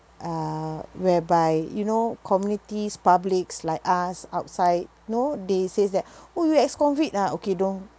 uh whereby you know communities publics like us outside know they says that oh you ex-convict ah okay don't